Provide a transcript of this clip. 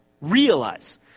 realize